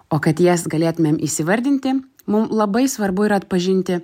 o kad jas galėtumėm įsivardinti mum labai svarbu yra atpažinti